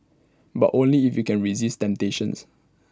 but only if you can resist temptations